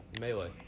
Melee